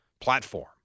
platform